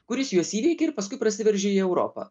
kuris juos įveikė ir paskui prasiveržė į europą